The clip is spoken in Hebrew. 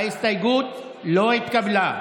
ההסתייגות לא התקבלה.